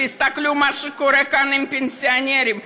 תסתכלו מה שקורה כאן עם פנסיונרים,